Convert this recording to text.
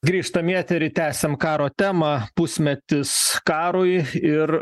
grįžtam į eterį tęsiam karo temą pusmetis karui ir